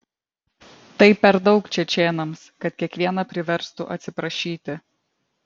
tai per daug čečėnams kad kiekvieną priverstų atsiprašyti